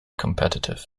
competitive